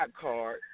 card